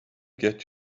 get